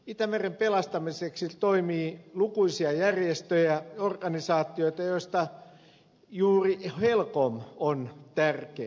itämeren pelastamiseksi toimii lukuisia järjestöjä organisaatioita joista juuri helcom on tärkein